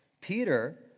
Peter